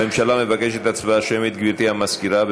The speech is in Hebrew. הממשלה מבקשת הצבעה שמית, גברתי המזכירה.